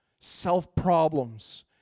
self-problems